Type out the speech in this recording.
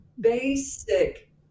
basic